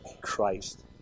Christ